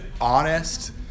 honest